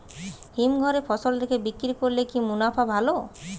হিমঘরে ফসল রেখে বিক্রি করলে কি মুনাফা ভালো?